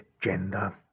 gender